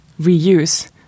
reuse